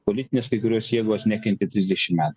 politinės kai kurios jėgos nekentė trisdešimt metų